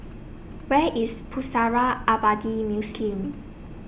Where IS Pusara Abadi Muslim